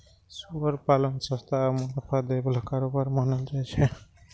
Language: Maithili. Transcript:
सुअर पालन सस्ता आ मुनाफा दै बला कारोबार मानल जाइ छै